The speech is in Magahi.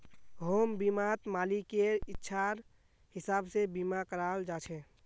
होम बीमात मालिकेर इच्छार हिसाब से बीमा कराल जा छे